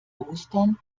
ostern